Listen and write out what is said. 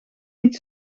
niet